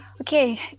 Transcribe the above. Okay